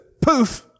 poof